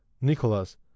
Nicholas